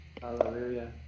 Hallelujah